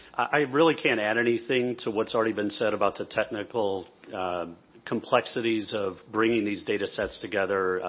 i really can't add anything to what's already been said about the technical complexities of bringing these data sets together.